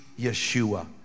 Yeshua